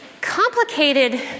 complicated